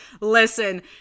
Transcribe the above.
listen